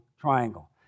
triangle